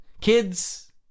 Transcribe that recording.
Kids